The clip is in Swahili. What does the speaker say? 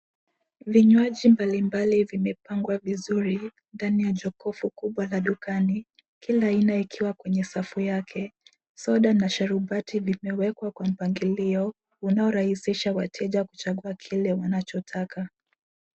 Vinywaji mbalimbali vimepangwa vizuri ndani ya jokofu kubwa la dukani , kila aina ikiwa kwenye safu yake . Soda na sharubati zimewekwa kwa mpangilio unaorahisisha wateja kuchagua kile wanachotaka .